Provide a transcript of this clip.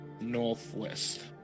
northwest